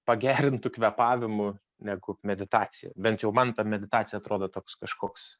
pagerintu kvėpavimu negu meditacija bent jau man ta meditacija atrodo toks kažkoks